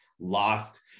lost